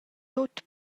tut